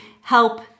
help